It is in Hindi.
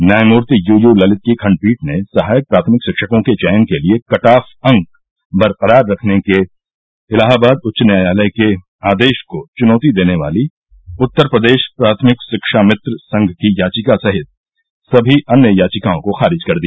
न्यायमूर्ति यू यू ललित की खण्डपीठ ने सहायक प्राथमिक सिक्षकों के चयन के लिये कटऑफ अंक बरकरार रखने के इलाहाबाद उच्च न्यायालय के आदेश को चुनौती देने वाली उत्तर प्रदेश प्राथमिक शिक्षामित्र संघ की याचिका सहित सभी अन्य याचिकाओं को खारिज कर दिया